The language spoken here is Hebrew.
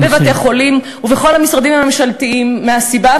בבתי-חולים ובכל המשרדים הממשלתיים מהסיבה,